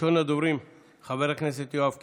ראשון הדוברים, חבר הכנסת יואב קיש,